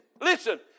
listen